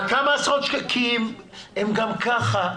כמה עשרות השקלים כי הם גם ככה,